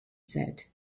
said